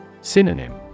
Synonym